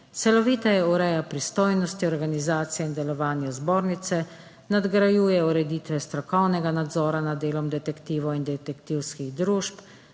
Celoviteje ureja pristojnosti organizacije in delovanja zbornice. Nadgrajuje ureditve strokovnega nadzora nad delom detektivov in detektivskih družb.